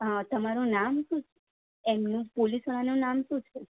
તમારું નામ શું છે એમનું પોલીસવાળાનું નામ શું છે